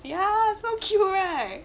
ya so cute right